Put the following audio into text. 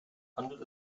handelt